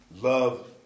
love